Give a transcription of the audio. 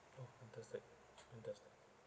oh fantastic fantastic